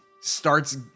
starts